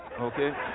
okay